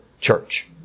church